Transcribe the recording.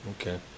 Okay